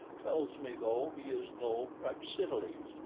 tells me, though he is no praxiteles,